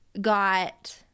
got